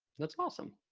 looks awesome